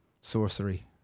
Sorcery